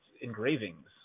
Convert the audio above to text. engravings